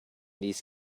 these